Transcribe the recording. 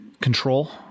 control